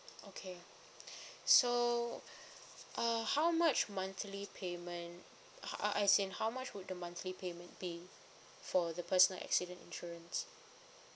okay so uh how much monthly payment how I saying how much would the monthly payment be for the personal accident insurance